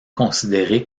considéré